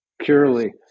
purely